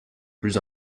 plus